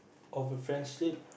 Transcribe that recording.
of a friendship